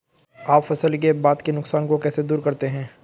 आप फसल के बाद के नुकसान को कैसे दूर करते हैं?